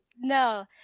No